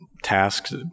tasks